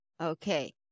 Okay